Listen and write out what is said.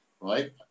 right